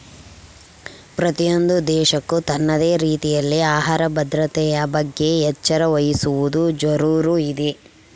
ಪ್ರತಿಯೊಂದು ದೇಶಕ್ಕೂ ತನ್ನದೇ ರೀತಿಯಲ್ಲಿ ಆಹಾರ ಭದ್ರತೆಯ ಬಗ್ಗೆ ಎಚ್ಚರ ವಹಿಸುವದು ಜರೂರು ಇದೆ